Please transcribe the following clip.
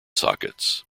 sockets